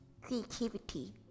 Creativity